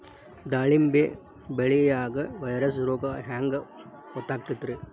ದಾಳಿಂಬಿ ಬೆಳಿಯಾಗ ವೈರಸ್ ರೋಗ ಹ್ಯಾಂಗ ಗೊತ್ತಾಕ್ಕತ್ರೇ?